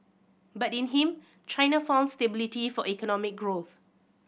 but in him China found stability for economic growth